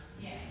Yes